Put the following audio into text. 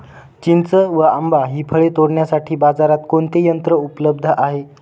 चिंच व आंबा हि फळे तोडण्यासाठी बाजारात कोणते यंत्र उपलब्ध आहे?